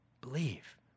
Believe